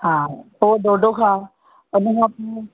हा पोइ ढोढो खा हुनखां पोइ